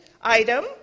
item